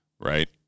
right